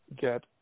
get